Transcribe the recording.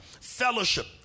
Fellowship